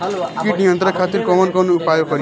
कीट नियंत्रण खातिर कवन कवन उपाय करी?